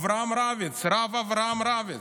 הרב אברהם רביץ.